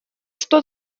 что